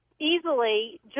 easily